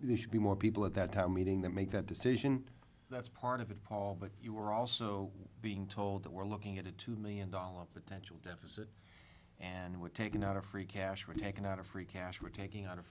you should be more people at that time meeting that make that decision that's part of it paul but you are also being told that we're looking at a two million dollars potential deficit and we're taking out a free cash were taken out of free cash we're taking o